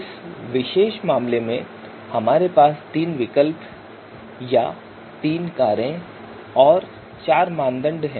इस विशेष मामले में हमारे पास तीन विकल्प या तीन कारें और चार मानदंड हैं